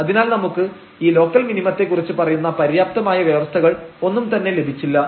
അതിനാൽ നമുക്ക് ഈ ലോക്കൽ മിനിമത്തെ കുറിച്ച് പറയുന്ന പര്യാപ്തമായ വ്യവസ്ഥകൾ ഒന്നും തന്നെ ലഭിച്ചില്ല